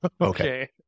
Okay